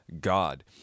God